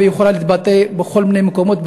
והיא יכולה להתבטא בכל מיני מקומות,